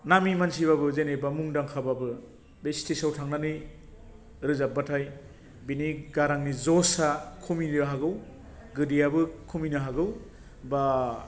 नामि मानसिबाबो जेनैबा मुंदांखा बाबो बे स्टेजआव थांनानै रोजाबबाथाय बेनि गारांनि जसआ खमिनो हागौ गोदैयाबो खमिनो हागौ बा